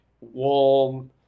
warm